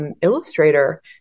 illustrator